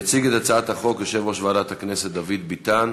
יציג את הצעת החוק יושב-ראש ועדת הכנסת דוד ביטן.